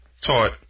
taught